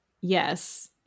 Yes